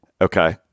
Okay